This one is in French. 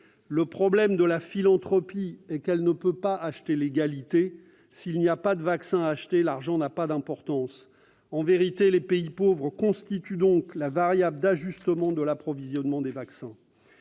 Le problème de la philanthropie est qu'elle ne peut pas acheter l'égalité. [...] S'il n'y a pas de vaccins à acheter, l'argent n'a pas d'importance. » En vérité, les pays pauvres constituent donc la variable d'ajustement de l'approvisionnement des vaccins.